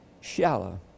shallow